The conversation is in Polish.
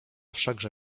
wszakże